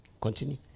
Continue